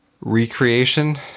recreation